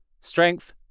Strength